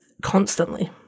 constantly